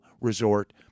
resort